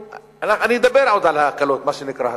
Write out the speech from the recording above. אני עוד אדבר על ההקלות, מה שנקרא הקלות,